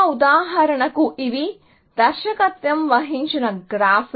ఉదాహరణకు ఇవి దర్శకత్వం వహించిన గ్రాఫ్లు